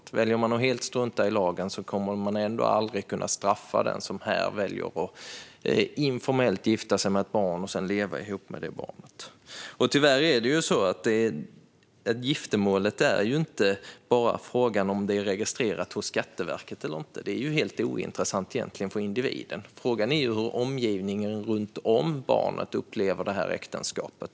Den som väljer att helt strunta i lagen och informellt gifter sig med ett barn här och sedan lever tillsammans med det barnet kommer ändå aldrig att kunna straffas. Tyvärr är frågan inte bara om giftermålet är registrerat hos Skatteverket eller inte. Det är egentligen helt ointressant för individen. Frågan är hur omgivningen runt barnet upplever äktenskapet.